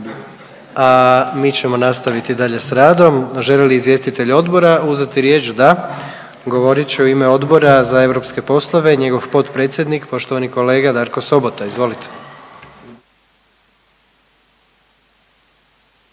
a mi ćemo nastaviti dalje s radom. Želi li izvjestitelj odbora uzeti riječ? Da, govorit će u ime Odbora za europske poslove njegov potpredsjednik poštovani kolega Darko Sobota. Izvolite.